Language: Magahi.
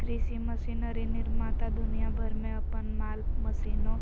कृषि मशीनरी निर्माता दुनिया भर में अपन माल मशीनों